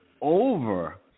over